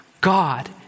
God